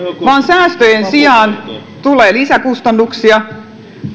vaan säästöjen sijaan tulee lisäkustannuksia